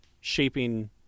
shaping